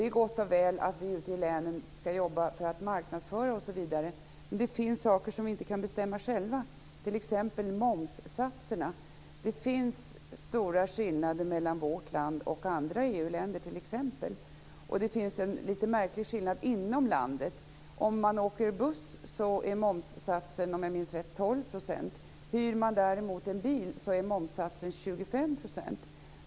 Det är gott och väl att vi ute i länen skall jobba för att marknadsföra oss, men det finns saker som vi inte kan bestämma själva, t.ex. momssatserna. Det finns stora skillnader mellan vårt land och andra EU:länder, och det finns en märklig skillnad inom landet. Om man åker buss är momssatsen - om jag minns rätt - 12 %. Hyr man däremot en bil är momssatsen 25 %.